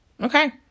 Okay